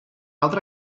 altre